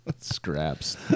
Scraps